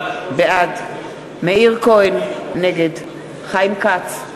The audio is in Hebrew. בעד מאיר כהן, נגד חיים כץ,